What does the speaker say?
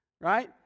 Right